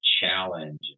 challenge